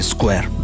Square